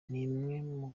nimwe